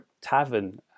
tavern